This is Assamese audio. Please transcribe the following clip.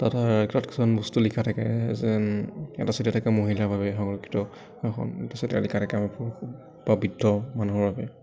তাত থাকে তাত কিছুমান বস্তু লিখা থাকে যেন এটা চাইডে লিখা থাকে মহিলাৰ বাবে সংৰক্ষিত আসন এটা চাইডে লিখা থাকে বিকলাঙ্গ বা বৃদ্ধ মানুহৰ বাবে